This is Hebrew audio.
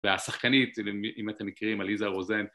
והשחקנית, אם אתם מכירים, עליזה רוזן.